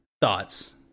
thoughts